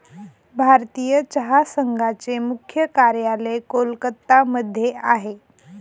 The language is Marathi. भारतीय चहा संघाचे मुख्य कार्यालय कोलकत्ता मध्ये आहे